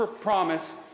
promise